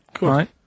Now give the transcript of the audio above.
Right